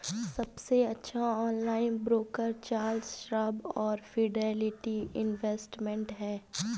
सबसे अच्छे online broker Charles Schwab और फिडेलिटी इन्वेस्टमेंट हैं